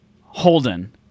Holden